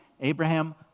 Abraham